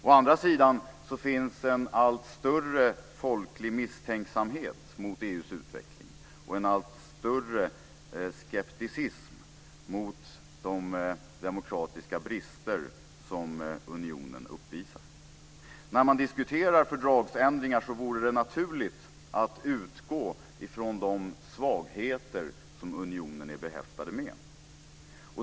Å andra sidan finns det en allt större folklig misstänksamhet mot EU:s utveckling och en allt större skeptisism mot de demokratiska brister som unionen uppvisar. När man diskuterar fördragsändringar vore det naturligt att utgå från de svagheter som unionen är behäftad med.